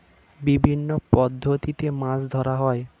বিভিন্ন পদ্ধতিতে মাছ ধরা হয়